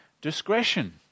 Discretion